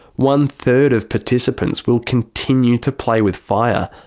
one-third of participants will continue to play with fire.